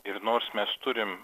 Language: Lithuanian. ir nors mes turim